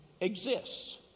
exists